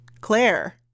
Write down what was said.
Claire